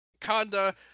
Kanda